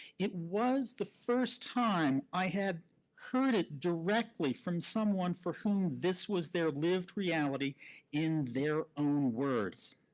it was the first time i had heard it directly from someone for whom this was their lived reality in their own words.